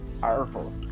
powerful